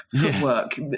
footwork